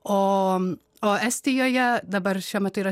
o o estijoje dabar šiuo metu yra